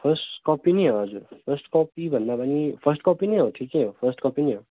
first copy नै हो हजुर फर्स्ट कपी भन्दा पनि फर्स्ट कपी नै हो ठिकै हो फर्स्ट कपी नै हो